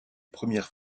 premières